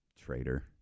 Traitor